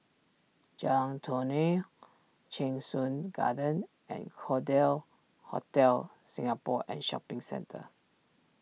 Jalan Tony Cheng Soon Garden and call deal Hotel Singapore and Shopping Centre